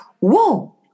whoa